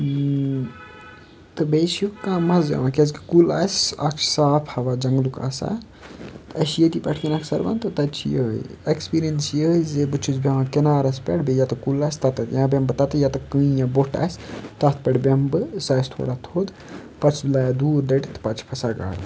تہٕ بیٚیہِ چھُ کانٛہہ مَزٕ یِوان کیازکہِ کُل آسہِ اَکھ چھُ صاف ہَوا جنٛگلُک آسان اَسہِ چھِ ییٚتی پیٚٹھ کِنیٚتھ سَروَن تہٕ تَتہِ چھِ یِہَے ایٚکٕسپیٖریَنٕس چھِ یِہَے زِ بہٕ چھُس بیٚہوان کِنارَس پیٚٹھ بیٚیہِ ییٚتَتھ کُل آسہِ تَتتھ یا بیٚہمہٕ بہٕ تَتے ییٚتیٚتھ کٕنۍ یا بوٚٹھ آسہِ تَتھ پیٚٹھ بیٚہمہٕ بہٕ ب سُہ آسہِ تھوڑا تھوٚد پَتہٕ چھُس بہٕ لایا دوٗر ڈٔٹِتھ تہٕ پَتہٕ چھِ پھَسان گاڈٕ